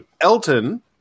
Elton